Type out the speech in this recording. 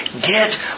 Get